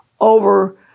over